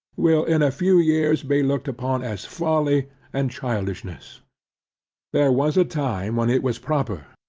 will in a few years be looked upon as folly and childishness there was a time when it was proper,